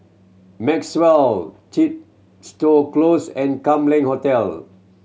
Maxwell Chepstow Close and Kam Leng Hotel